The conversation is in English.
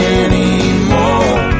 anymore